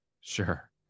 Sure